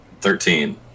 Thirteen